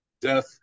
death